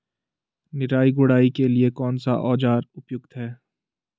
निराई गुड़ाई के लिए कौन सा औज़ार उपयुक्त है?